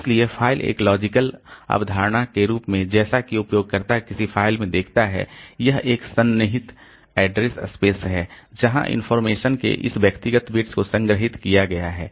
इसलिए फ़ाइल एक लॉजिकल अवधारणा के रूप में जैसा कि उपयोगकर्ता किसी फ़ाइल में देखता है यह एक सन्निहित एड्रेस स्पेस है जहां इनफार्मेशन के इस व्यक्तिगत बिट्स को संग्रहीत किया गया है